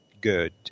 good